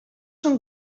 són